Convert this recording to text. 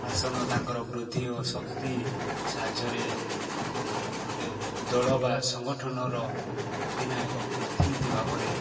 ଆସନ ତାଙ୍କର ବୃଦ୍ଧି ଓ ଶକ୍ତି ସାହାଯ୍ୟରେ ତାଙ୍କର ଗୋଟେ ଦଳ ବା ସଂଗଠନର ଅଧିନାୟକ ପ୍ରତିନିଧି ଭାବରେ